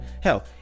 hell